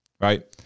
right